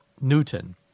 Newton